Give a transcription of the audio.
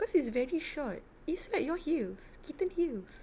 cause it's very short is like your heels kitten heels